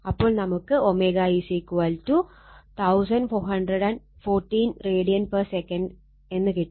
അപ്പോൾ നമുക്ക് ω1414 radsec എന്ന് കിട്ടും